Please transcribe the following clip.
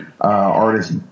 Artist